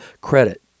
credit